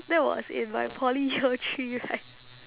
that was in my poly year three right